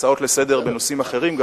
הצעות לסדר-היום גם בנושאים אחרים,